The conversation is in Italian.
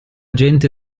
gente